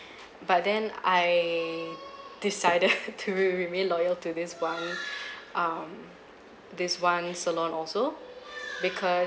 but then I decided to be remain loyal to this one um this one salon also because